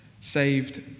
Saved